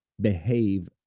behave